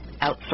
out